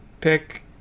pick